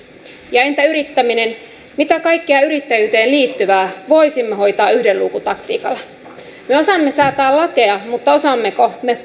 ja entä yrittäminen mitä kaikkea yrittäjyyteen liittyvää voisimme hoitaa yhden luukun taktiikalla me osaamme säätää lakeja mutta osaammeko me